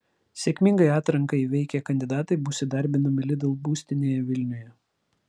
sėkmingai atranką įveikę kandidatai bus įdarbinami lidl būstinėje vilniuje